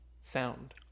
sound